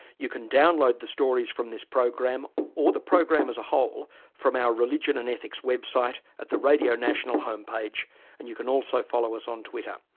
you can download the stories from this program or the program as a whole from our religion and ethics website at the radio national homepage and you can also follow us on twitter.